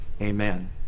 Amen